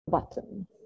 Button